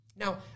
Now